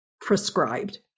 prescribed